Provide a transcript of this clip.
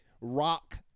rock